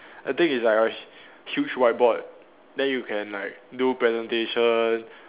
I think it's like a h~ huge whiteboard then you can like do presentation